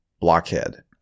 Blockhead